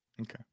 Okay